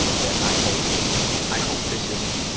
that i hope i hope this isn't